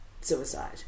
suicide